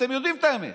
אתם יודעים את האמת: